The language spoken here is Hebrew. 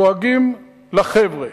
דואגים לחבר'ה,